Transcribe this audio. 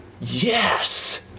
yes